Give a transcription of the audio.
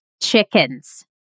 chickens